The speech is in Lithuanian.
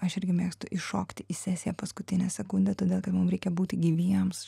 aš irgi mėgstu įšokti į sesiją paskutinę sekundę todėl kad mum reikia būti gyviems